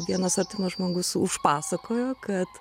vienas artimas žmogus užpasakojo kad